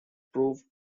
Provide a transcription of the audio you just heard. proved